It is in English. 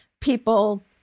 people